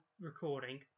recording